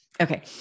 Okay